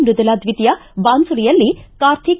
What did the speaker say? ಮೃದುಲಾ ದ್ವಿತೀಯ ಬಾನ್ಸುರಿಯಲ್ಲಿ ಕಾರ್ತಿಕ